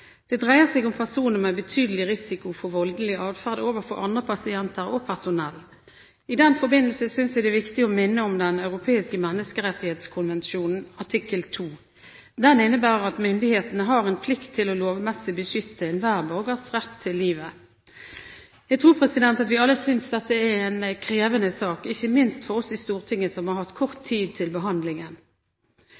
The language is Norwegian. Det dreier seg om personer med betydelig risiko for voldelig atferd overfor andre pasienter og personell. I den forbindelse synes jeg det er viktig å minne om Den europeiske menneskerettighetskonvensjonen artikkel 2. Den innebærer at myndighetene har en plikt til lovmessig å beskytte enhver borgers rett til livet. Jeg tror at vi alle synes dette er en krevende sak, ikke minst vi i Stortinget, som har hatt kort